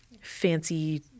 fancy